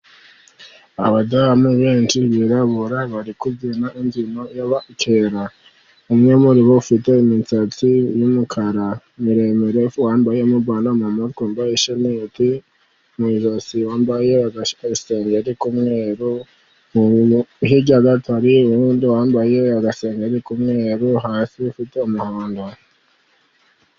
Abadamu benshi birarabura, bari kubyina ibyino y'abakeba, umwe muri bo ufite imisatsi y'umukara miremire, wambaye umubano mu mutwe, wambaye shanete mu ijosi, wambaye agasengeri kumweru, hirya hari nundi wambaye agasengeri kumwe hasi ufite umuhondo.